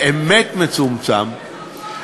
באמת מצומצם,